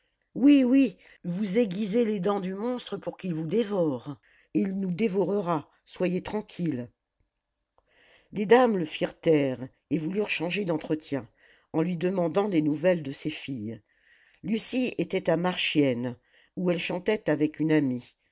oui oui vous aiguisez les dents du monstre pour qu'il nous dévore et il nous dévorera soyez tranquilles les dames le firent taire et voulurent changer d'entretien en lui demandant des nouvelles de ses filles lucie était à marchiennes où elle chantait avec une amie